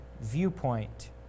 viewpoint